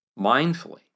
mindfully